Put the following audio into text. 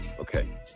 Okay